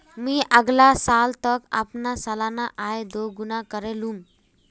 मी अगला साल तक अपना सालाना आय दो गुना करे लूम